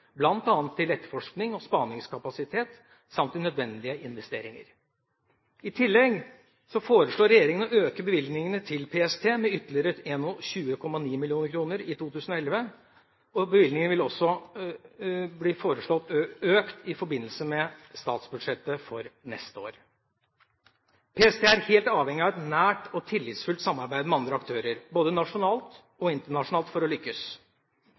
bl.a. til etterforsknings- og spaningskapasitet samt til nødvendige investeringer. I tillegg foreslår regjeringa å øke bevilgningene til PST med ytterligere 21,9 mill. kr i 2011, og bevilgningene vil også bli foreslått økt i forbindelse med statsbudsjettet for neste år. PST er helt avhengig av et nært og tillitsfullt samarbeid med andre aktører både nasjonalt og internasjonalt for å